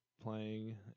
playing